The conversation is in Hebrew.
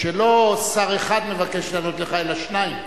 שלא שר אחד מבקש לענות לך, אלא שניים.